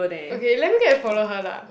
okay let me go and follow her lah